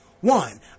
one